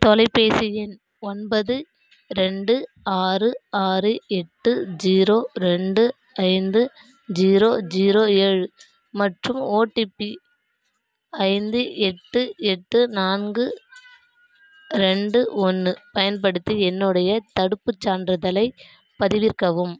தொலைபேசி எண் ஒன்பது ரெண்டு ஆறு ஆறு எட்டு ஜீரோ ரெண்டு ஐந்து ஜீரோ ஜீரோ ஏழு மற்றும் ஓடிபி ஐந்து எட்டு எட்டு நான்கு ரெண்டு ஒன்று பயன்படுத்தி என்னுடைய தடுப்புச் சான்றிதழைப் பதிவிறக்கவும்